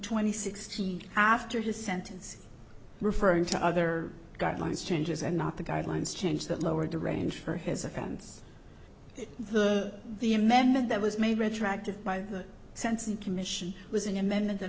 twenty sixteen after his sentence referring to other guidelines changes and not the guidelines change that lowered the range for his offense the amendment that was made retroactive by the sense in commission was an amendment that